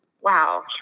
wow